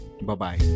Bye-bye